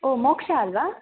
ಓಹ್ ಮೋಕ್ಷ ಅಲ್ಲವಾ